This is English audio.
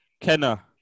Kenna